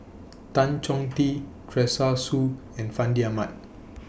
Tan Chong Tee Teresa Hsu and Fandi Ahmad